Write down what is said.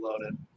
loaded